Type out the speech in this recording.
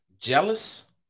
jealous